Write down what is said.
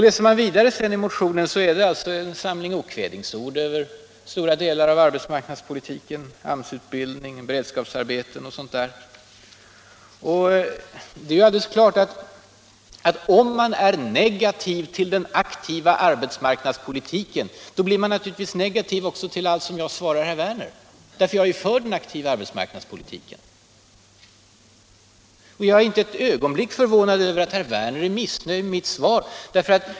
Läser man vidare i motionen finner man att den innehåller en samling okvädinsord över stora delar av arbetsmarknadspolitiken, AMS utbildning, beredskapsarbete och liknande. Om man är negativ till den aktiva arbetsmarknadspolitiken, är det alldeles klart att man också blir negativ till allt som jag svarar herr Werner, eftersom jag är för den aktiva arbetsmarknadspolitiken. Jag är inte ett ögonblick förvånad över att herr Werner är missnöjd med mitt svar.